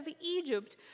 Egypt